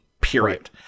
period